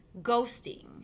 Ghosting